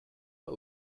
pas